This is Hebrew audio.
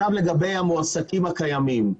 לגבי המועסקים הקיימים.